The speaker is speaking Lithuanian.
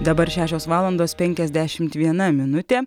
dabar šešios valandos penkiasdešimt viena minutė